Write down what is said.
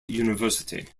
university